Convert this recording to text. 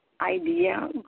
idea